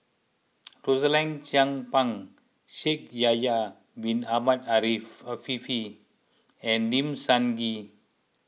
Rosaline Chan Pang Shaikh Yahya Bin Ahmed Afifi and Lim Sun Gee